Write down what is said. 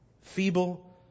feeble